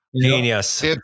genius